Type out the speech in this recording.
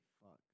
fuck